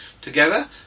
together